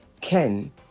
Ken